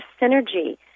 synergy